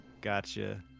gotcha